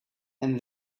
and